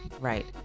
Right